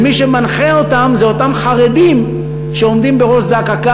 ומי שמנחה אותם זה אותם חרדים שעומדים בראש זק"א.